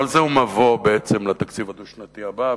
אבל בעצם זה מבוא לתקציב הדו-שנתי הבא,